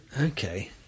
Okay